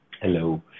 hello